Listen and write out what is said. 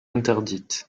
interdites